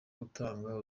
kutanga